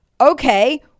Okay